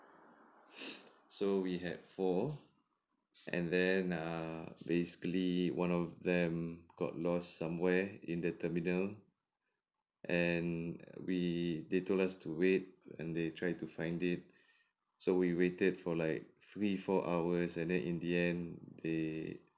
so we had four and then err basically one of them got lost somewhere in the terminal and we they told us to wait and they tried to find it so we waited for like three four hours and then in the end they